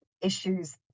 issues